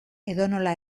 edonola